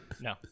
No